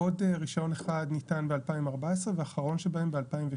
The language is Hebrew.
עוד רישיון אחד ניתן ב-2014 ואחרון שבהם ב-2016.